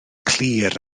clir